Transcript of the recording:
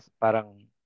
parang